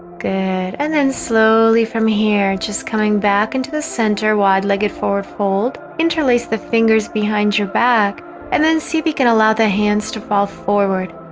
good and then slowly from here. just coming back into the center wide legged forward fold interlace the fingers behind your back and then see if we can allow the hands to fall forward